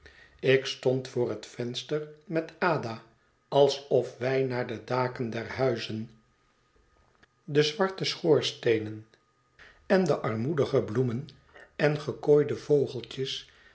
ik stond voor het venster met ada alsof wij naar de daken der huizen de zwarte schoorsteenen en de armoedige bloemen en gekooide vogeltjes